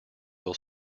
will